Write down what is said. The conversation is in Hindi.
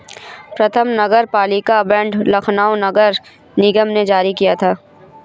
प्रथम नगरपालिका बॉन्ड लखनऊ नगर निगम ने जारी किया था